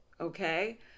Okay